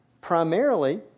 primarily